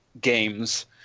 games